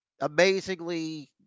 amazingly